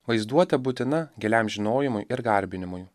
vaizduotė būtina giliam žinojimui ir garbinimui